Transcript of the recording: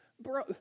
Bro